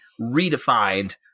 redefined